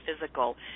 physical